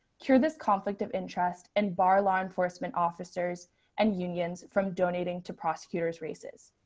here this conflict of interest and bar law enforcement officers and unions from donating to prosecutors races.